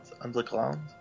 underground